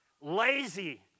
lazy